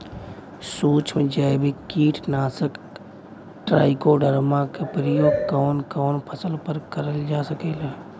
सुक्ष्म जैविक कीट नाशक ट्राइकोडर्मा क प्रयोग कवन कवन फसल पर करल जा सकेला?